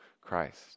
Christ